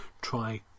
try